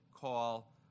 call